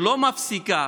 שלא מפסיקים